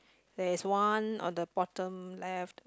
there is one on the bottom left